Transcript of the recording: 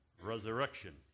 resurrection